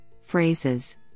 phrases